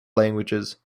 languages